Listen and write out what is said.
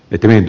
ytimeen